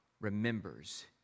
remembers